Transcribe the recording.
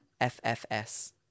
FFS